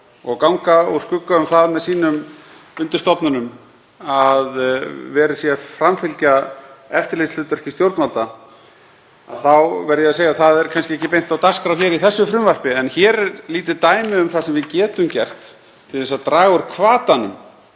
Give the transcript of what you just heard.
og ganga úr skugga um það með sínum undirstofnunum að verið sé að framfylgja eftirlitshlutverki stjórnvalda þá verð ég að segja að það er kannski ekki beint á dagskrá hér í þessu frumvarpi. En hér er lítið dæmi um það sem við getum gert til að draga úr hvatanum